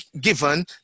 given